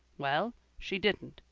well, she didn't.